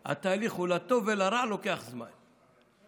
אז התהליך, לטוב ולרע, לוקח זמן.